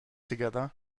together